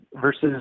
versus